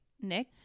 Nick